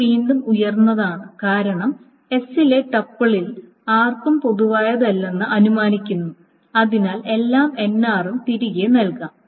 ഇത് വീണ്ടും ഉയർന്നതാണ് കാരണം s ലെ ടപ്പിളിൽ ആർക്കും പൊതുവായതല്ലെന്ന് അനുമാനിക്കുന്നു അതിനാൽ എല്ലാ nr ഉം തിരികെ നൽകാം